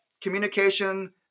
Communication